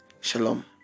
Shalom